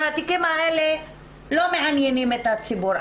שהתיקים האלה לא מעניינים את הציבור.